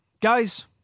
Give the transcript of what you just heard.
Guys